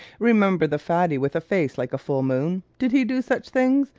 remember the fatty with a face like a full moon? did he do such things?